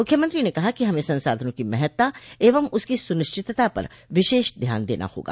मुख्यमंत्री ने कहा कि हमें संसाधनों की महत्ता एवं उसकी सुनिश्चितता पर विशेष ध्यान देना होगा